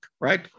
right